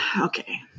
Okay